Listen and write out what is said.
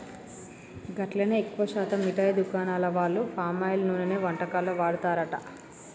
గట్లనే ఎక్కువ శాతం మిఠాయి దుకాణాల వాళ్లు పామాయిల్ నూనెనే వంటకాల్లో వాడతారట